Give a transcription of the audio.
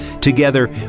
Together